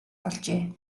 олжээ